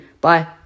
Bye